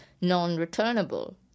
non-returnable